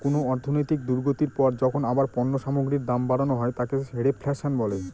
কোন অর্থনৈতিক দুর্গতির পর যখন আবার পণ্য সামগ্রীর দাম বাড়ানো হয় তাকে রেফ্ল্যাশন বলে